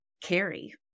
carry